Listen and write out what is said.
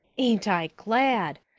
ain't i glad.